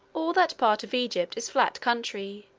all that part of egypt is flat country,